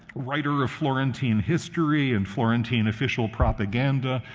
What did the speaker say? writer of florentine history and florentine official propaganda,